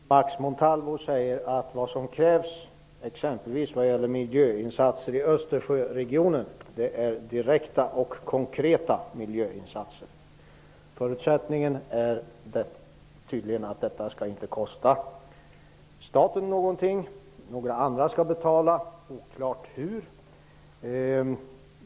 Herr talman! Max Montalvo säger att det som krävs exempelvis vad gäller Östersjöregionen är direkta och konkreta miljöinsatser. Förutsättningen är tydligen att det inte skall kosta staten någonting. Andra skall betala. Det är oklart hur.